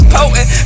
potent